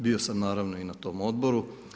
Bio sam naravno i na tom Odboru.